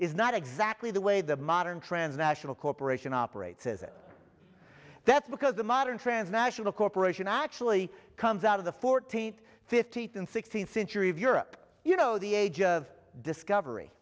is not exactly the way the modern trends national corporation operates is it that's because the modern transnational corporation actually comes out of the fourteenth fifteenth and sixteenth century of europe you know the age of discovery